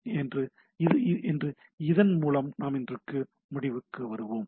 எனவே இதன் மூலம் இன்று முடிவுக்கு வருவோம்